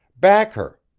back her!